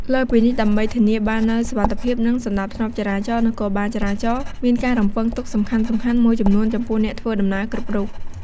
លើសពីនេះ ដើម្បីធានាបាននូវសុវត្ថិភាព និងសណ្តាប់ធ្នាប់ចរាចរណ៍ នគរបាលចរាចរណ៍មានការរំពឹងទុកសំខាន់ៗមួយចំនួនចំពោះអ្នកធ្វើដំណើរគ្រប់រូប។